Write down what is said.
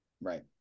Right